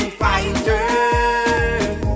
fighters